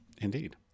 Indeed